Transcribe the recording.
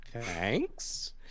Thanks